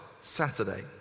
Saturday